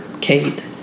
Kate